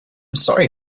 sorry